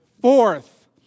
Fourth